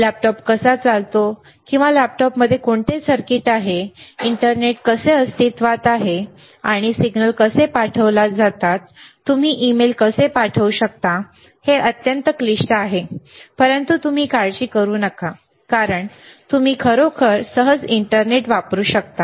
laptop कसा चालतो किंवा लॅपटॉपमध्ये कोणते सर्किट आहेत किंवा इंटरनेट कसे अस्तित्वात आहे आणि सिग्नल कसे पाठवले जातात तुम्ही ईमेल कसे पाठवू शकता हे अत्यंत क्लिष्ट आहे परंतु तुम्ही काळजी करू नका कारण तुम्ही खरोखर सहज इंटरनेट वापरू शकता